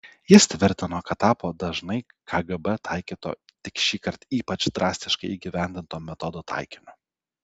jis tvirtino kad tapo dažnai kgb taikyto tik šįkart ypač drastiškai įgyvendinto metodo taikiniu